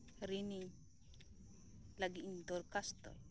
ᱨᱤᱱᱤᱧ ᱞᱟᱹᱜᱤᱫᱤᱧ ᱫᱚᱨᱠᱟᱥᱛᱚ ᱞᱮᱫᱟ